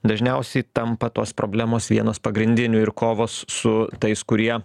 dažniausiai tampa tos problemos vienos pagrindinių ir kovos su tais kurie